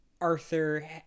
Arthur